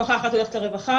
משפחה אחת הולכת לרווחה,